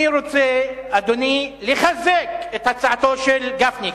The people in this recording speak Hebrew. אני רוצה, אדוני, לחזק את הצעתו של גפני: